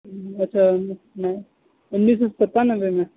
اچھا انیس سو میں انیس سو ستانوے میں